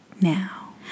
now